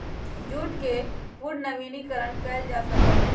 jute के पुनर्नवीनीकरण कइल जा सका हई